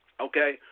okay